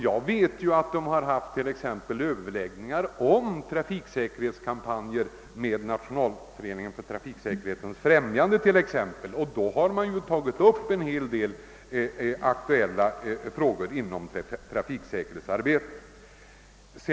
Jag tror att man t.ex. haft överläggningar om trafiksäkerhetskampanjer med t.ex. Nationalföreningen för trafiksäkerhetens främjande. Därvid har man väl tagit upp en hel del aktuella frågor inom trafiksäkerhetsarbetet.